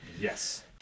Yes